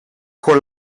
con